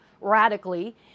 radically